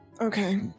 Okay